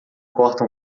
corta